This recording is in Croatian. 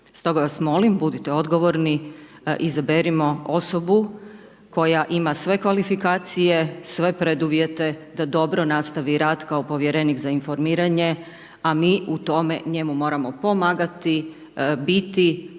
Stoga, vas molim budite odgovorni, izaberimo osobu koja ima sve kvalifikacije, sve preduvjete da dobro nastavi rad kao Povjerenik za informiranje, a mi u tome njemu moramo pomagati, biti